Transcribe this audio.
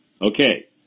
Okay